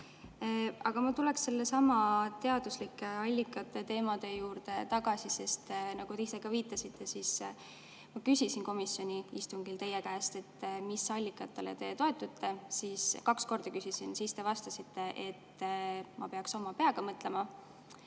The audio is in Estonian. Aga ma tulen nende teaduslike allikate teema juurde tagasi. Nagu te viitasite, siis ma küsisin komisjoni istungil teie käest, mis allikatele te toetute – kaks korda küsisin –, ja te vastasite, et ma peaks oma peaga mõtlema.